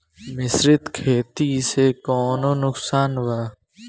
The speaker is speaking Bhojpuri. मिश्रित खेती से कौनो नुकसान वा?